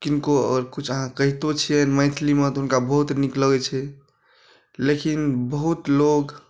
किनको अगर किछु अहाँ कहितो छियनि मैथिलीमे तऽ हुनका बहुत नीक लगै छै लेकिन बहुत लोग